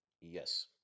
Yes